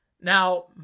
Now